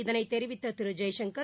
இதைத் தெரிவித்த திரு ஜெய்சங்கர்